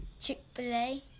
Chick-fil-A